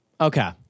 Okay